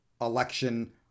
election